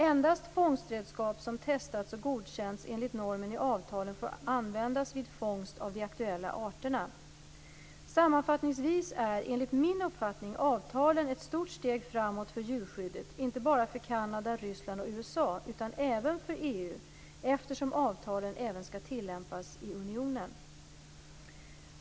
Endast fångstredskap som testats och godkänts enligt normen i avtalen får användas vid fångst av de aktuella arterna. Sammanfattningsvis är, enligt min uppfattning, avtalen ett stort steg framåt för djurskyddet, inte bara för Kanada, Ryssland och USA utan även för EU, eftersom avtalen även skall tillämpas i unionen.